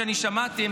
שאני שמעתי,